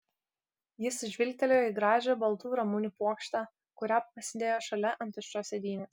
jis žvilgtelėjo į gražią baltų ramunių puokštę kurią pasidėjo šalia ant tuščios sėdynės